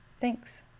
Thanks